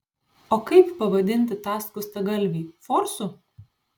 o kaip pavadinti tą skustagalvį forsu